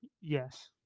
yes